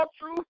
truth